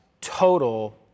total